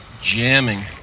jamming